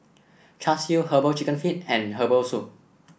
Char Siu herbal chicken feet and Herbal Soup